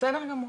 בסדר גמור.